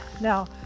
Now